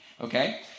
Okay